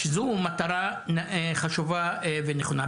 שזו מטרה חשובה ונכונה.